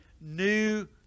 new